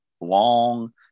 long